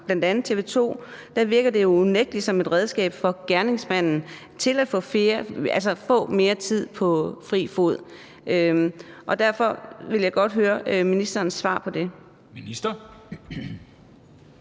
fra bl.a. TV 2 virker det jo unægtelig som et redskab for gerningsmanden til at få mere tid på fri fod. Derfor vil jeg godt høre ministerens svar på det.